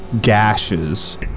gashes